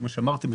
כפי שאמרתי,